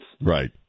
Right